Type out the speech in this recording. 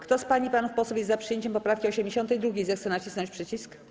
Kto z pań i panów posłów jest za przyjęciem poprawki 82., zechce nacisnąć przycisk.